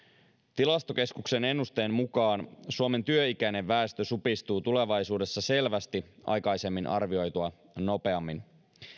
tilastokeskuksen ennusteen mukaan suomen työikäinen väestö supistuu tulevaisuudessa selvästi aikaisemmin arvioitua nopeammin